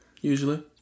usually